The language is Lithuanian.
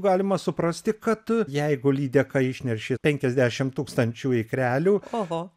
galima suprasti kad jeigu lydeka išneršė penkiasdešim tūkstančių ikrelių